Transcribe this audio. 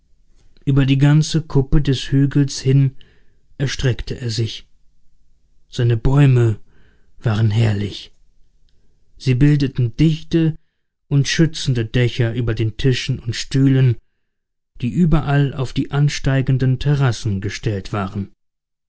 ueber die ganze kuppe des hügels hin erstreckte er sich seine bäume waren herrlich sie bildeten dichte und schützende dächer über den tischen und stühlen die überall auf die ansteigenden terrassen gestellt waren